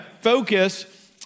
focus